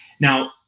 Now